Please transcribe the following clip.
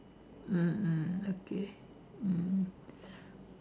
mm mm okay mm